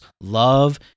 love